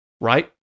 right